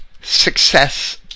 success